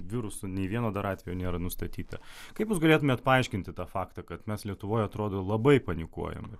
viruso nei vieno dar atvejo nėra nustatyta kaip jūs galėtumėt paaiškinti tą faktą kad mes lietuvoje atrodo labai panikuojam ir